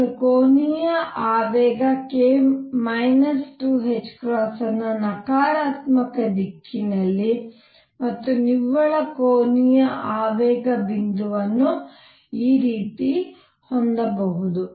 ನಾನು ಕೋನೀಯ ಆವೇಗ k 2ℏಅನ್ನು ನಕಾರಾತ್ಮಕ ದಿಕ್ಕಿನಲ್ಲಿ ಮತ್ತು ನಿವ್ವಳ ಕೋನೀಯ ಆವೇಗ ಬಿಂದುವನ್ನು ಈ ರೀತಿ ಹೊಂದಬಹುದು